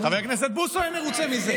חבר הכנסת בוסו יהיה מרוצה מזה.